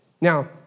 Now